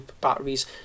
batteries